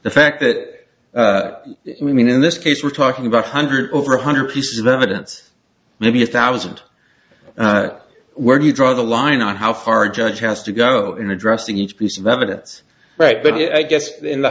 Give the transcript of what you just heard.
the fact that i mean in this case we're talking about hundred over one hundred pieces of evidence maybe a thousand where do you draw the line on how far a judge has to go in addressing each piece of evidence right but i guess in the